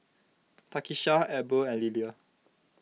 Takisha Eber and Lillia